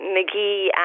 McGee